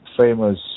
famous